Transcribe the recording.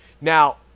Now